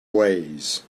ways